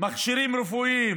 מכשירים רפואיים